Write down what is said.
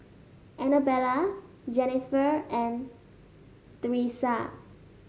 Annabella Jennifer and Thresa